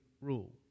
rule